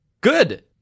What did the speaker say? Good